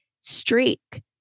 streak